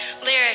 lyric